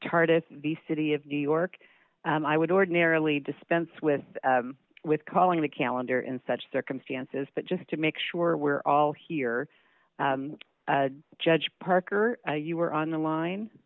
part of the city of new york i would ordinarily dispense with with calling the calendar in such circumstances but just to make sure we're all here judge parker you were on the line